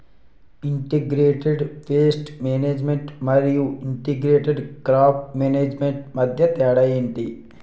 integrated pest management మరియు integrated crop management మధ్య తేడా ఏంటి